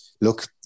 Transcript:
look